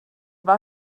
war